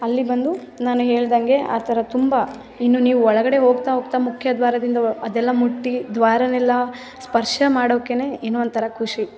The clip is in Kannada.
ಅಲ್ಲಿ ಬಂದು ನಾನು ಹೇಳಿದಂಗೆ ಆ ಥರ ತುಂಬ ಇನ್ನೂ ನೀವು ಒಳಗಡೆ ಹೋಗ್ತಾ ಹೋಗ್ತಾ ಮುಖ್ಯ ದ್ವಾರದಿಂದ ಅದೆಲ್ಲ ಮುಟ್ಟಿ ದ್ವಾರವನ್ನೆಲ್ಲ ಸ್ಪರ್ಶ ಮಾಡೋಕೆ ಏನೋ ಒಂಥರ ಖುಷಿ